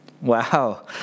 Wow